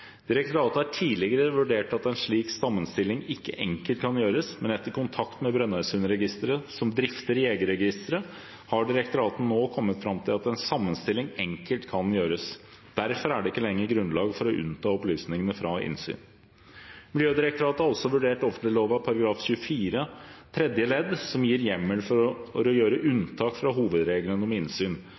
Direktoratet har tidligere vurdert at en slik sammenstilling ikke enkelt kan gjøres, men etter kontakt med Brønnøysundregistrene, som drifter Jegerregisteret, har direktoratet nå kommet fram til at en sammenstilling enkelt kan gjøres. Derfor er det ikke lenger grunnlag for å unnta opplysningene fra innsyn. Miljødirektoratet har også vurdert offentleglova § 24 tredje ledd, som gir hjemmel for å gjøre unntak fra hovedregelen om innsyn,